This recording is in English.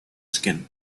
skin